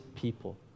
people